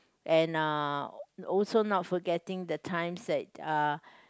and uh also not forgetting the times that uh